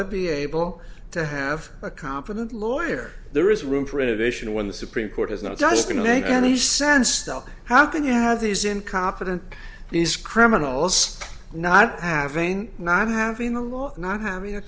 to be able to have a competent lawyer there is room for innovation when the supreme court is not just going to make any sense though how can you have these incompetent these criminals not having not having the law not having a